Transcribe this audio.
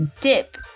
dip